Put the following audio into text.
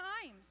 times